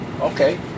Okay